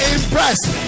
Impressed